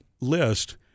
list